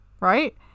right